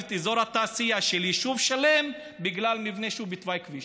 את אזור התעשייה של יישוב שלם בגלל מבנה שהוא בתוואי כביש.